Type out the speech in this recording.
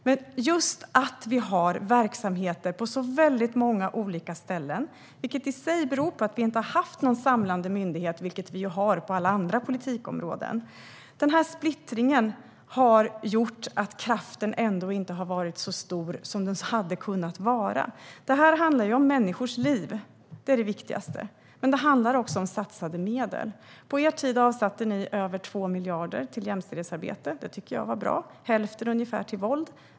Men det faktum att det finns verksamheter på så många olika ställen - vilket i sig beror på att vi inte har haft någon samlande myndighet som ju finns på alla andra politikområden - har gjort att kraften inte har varit så stor som den hade kunnat vara. Det här handlar om människors liv. Det är det viktigaste. Men det handlar också om satsade medel. På er tid avsattes över 2 miljarder till jämställdhetsarbete, vilket jag tyckte var bra. Ungefär hälften gick till arbetet mot våld.